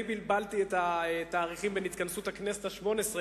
אני בלבלתי בין התאריכים של התכנסות הכנסת השמונה-עשרה